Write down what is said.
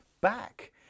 back